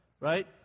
Right